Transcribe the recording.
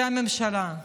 זה הממשלה.